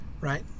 right